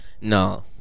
No